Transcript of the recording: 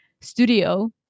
studio